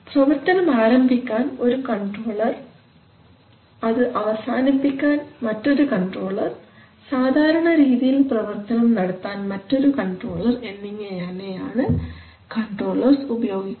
പ്രവർത്തനം ആരംഭിക്കാൻ ഒരു കൺട്രോളർ അത് അവസാനിപ്പിക്കാൻ മറ്റൊരു കൺട്രോളർ സാധാരണ രീതിയിൽ പ്രവർത്തനം നടത്താൻ മറ്റൊരു കൺട്രോളർ എന്നിങ്ങനെയാണ് കൺട്രോളർസ് ഉപയോഗിക്കുന്നത്